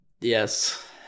yes